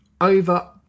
Over